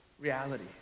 reality